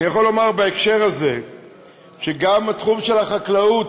אני יכול לומר בהקשר הזה שגם התחום של החקלאות,